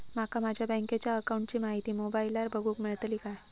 माका माझ्या बँकेच्या अकाऊंटची माहिती मोबाईलार बगुक मेळतली काय?